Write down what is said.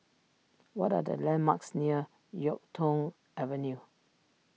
what are the landmarks near Yuk Tong Avenue